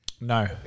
No